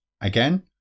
again